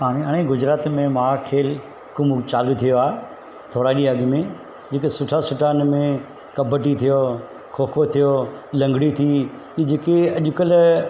हाणे हाणे गुजरात में महा खेल चालू थियो आहे थोरा ॾींहं अॻु में जेके सुठा सुठा इन में कबडी थियो खो खो थियो लंगिड़ी थी हीउ जेके अॼुकल्ह